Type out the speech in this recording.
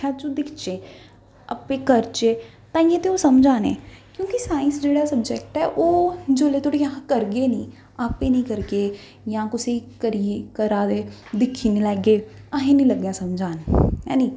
अक्खां चूं दिखचै आपै करचै ताईंयै ते ओह् समझ आने क्योंकि साईंस जेह्ड़ा ऐ सब्जैक्ट ऐ ओह् जोह्ले धोड़ी अस करगे निं आपे निं करगे जां कुसै गी करियै करा दे दिक्खी निं लैगे असें गी निं समझ औग